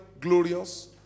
glorious